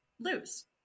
lose